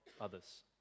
others